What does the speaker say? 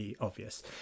obvious